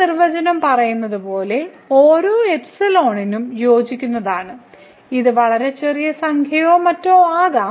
ഈ നിർവചനം പറയുന്നത് ഓരോ നും യോജിക്കുന്നതാണ് ഇത് വളരെ ചെറിയ സംഖ്യയോ മറ്റോ ആകാം